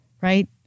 right